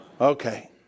Okay